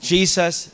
Jesus